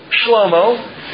Shlomo